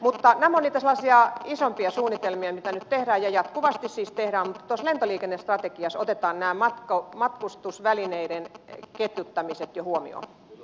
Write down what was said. mutta nämä ovat niitä sellaisia isompia suunnitelmia mitä nyt tehdään ja jatkuvasti siis tehdään mutta lentoliikennestrategiassa otetaan jo nämä matkustusvälineiden ketjuttamiset huomioon